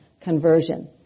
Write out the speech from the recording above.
conversion